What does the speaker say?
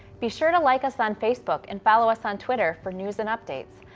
be sure to like us on facebook and follow us on twitter for news and updates.